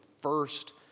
first